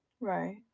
Right